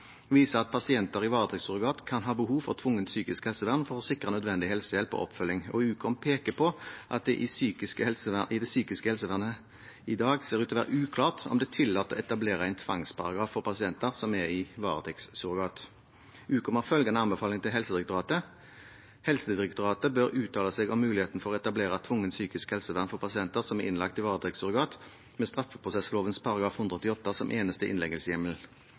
viser at pasienter i varetektssurrogat kan ha behov for tvungent psykisk helsevern for å sikre nødvendig helsehjelp og oppfølging, og Ukom peker på at i det psykiske helsevernet ser det i dag ut til være uklart om det er tillatt å etablere en tvangsparagraf for pasienter som er i varetektssurrogat. Ukom har følgende anbefaling til Helsedirektoratet: «Helsedirektoratet bør uttale seg om muligheten for å etablere tvungent psykisk helsevern for pasienter som er innlagt i varetektssurrogat med straffeprosessloven § 188 som eneste